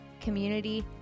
community